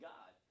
God